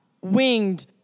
winged